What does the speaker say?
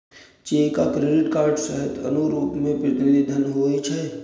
cheque आ credit card सहित आनो रूप मे प्रतिनिधि धन होइ छै